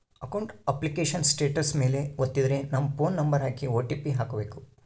account application status ಮೇಲೆ ವತ್ತಿದ್ರೆ ನಮ್ ಫೋನ್ ನಂಬರ್ ಹಾಕಿ ಓ.ಟಿ.ಪಿ ಹಾಕ್ಬೆಕು